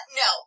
no